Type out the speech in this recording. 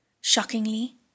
shockingly